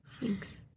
Thanks